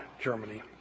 Germany